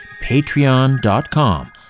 Patreon.com